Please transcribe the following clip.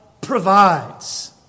provides